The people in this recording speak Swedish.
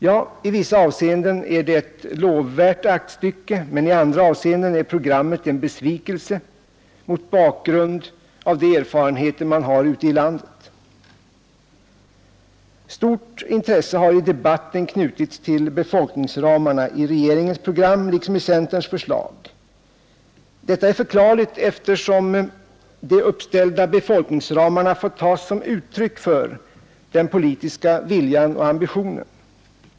Ja, i vissa avseenden är det ett lovvärt aktstycke, men i andra avseenden är programmet en besvikelse mot bakgrund av de erfarenheter man har ute i landet. Stort intresse har knutits till befolkningsramarna i regeringens program liksom i centerns förslag. Detta är förklarligt, eftersom de uppställda befolkningsramarna får tas som uttryck för den politiska viljan och ambitionen.